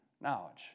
knowledge